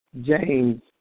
James